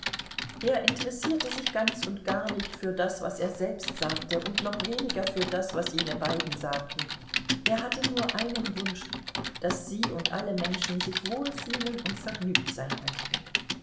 er interessierte sich ganz und gar nicht für das was er selbst sagte und noch weniger für das was jene beiden sagten er hatte nur einen wunsch daß sie und alle menschen sich wohl fühlen und vergnügt sein möchten